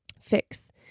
fix